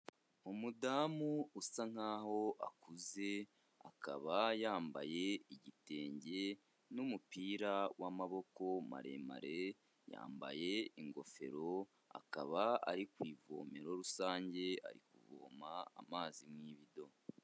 Umudamu usa nkaho akuze, akaba yambaye igitenge n'umupira w'amaboko maremare, yambaye ingofero, akaba ari ku ivomero rusange ari kuvoma amazi mu ibido.